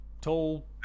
tall